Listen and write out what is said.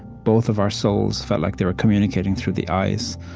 both of our souls felt like they were communicating through the eyes.